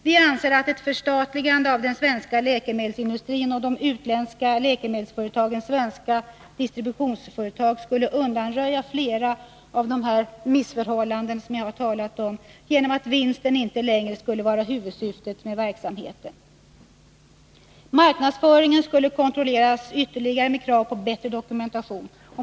Vi anser att ett förstatligande av den svenska läkemedelsindustrin och de utländska läkemedelsföretagens svenska distributionsföretag skulle undanröja flera av de missförhållanden jag har talat om, genom att vinsten inte längre skuile vara huvudsyftet med verksamheten. Marknadsföringen skulle kunna kontrolleras ytterligare med krav på bättre dokumentation.